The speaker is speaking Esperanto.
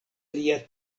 lia